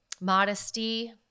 modesty